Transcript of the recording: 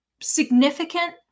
significant